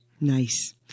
Nice